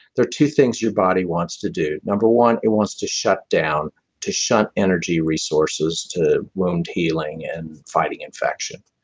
there are two things your body wants to do. number one, it wants to shut down to shun energy resources to wound healing and fighting infection.